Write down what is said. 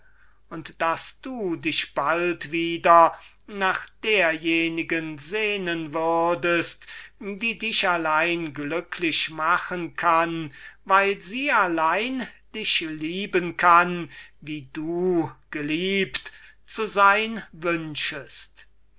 und daß du dich bald wieder nach derjenigen sehnen würdest die dich allein glücklich machen weil sie allein dich lieben kann wie du geliebt zu sein wünschest